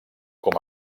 com